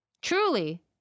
Truly